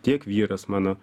tiek vyras mano